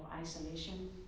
isolation